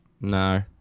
no